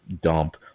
dump